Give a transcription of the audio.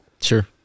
Sure